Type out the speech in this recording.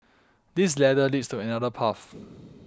this ladder leads to another path